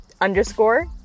underscore